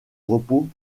repos